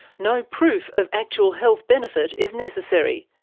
no proof of actual health benefit is necessary,